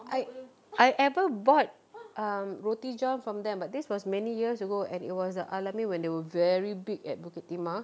I I ever bought um roti john from them but this was many years ago and it was the al-amin when they were very big at bukit timah